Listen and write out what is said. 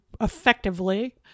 effectively